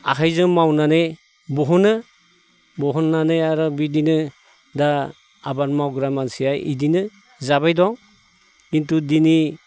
आखाइजों मावनानै बहनो बहननानै आरो बिदिनो दा आबाद मावग्रा मानसिया इदिनो जाबाय दं खिन्थु दिनै